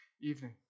evening